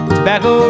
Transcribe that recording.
Tobacco